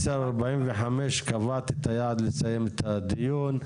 10:45 קבעתי את היעד לסיים את הדיון.